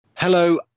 Hello